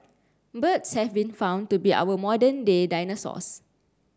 birds have been found to be our modern day dinosaurs